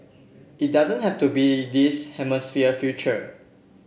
it doesn't have to be this hemisphere's future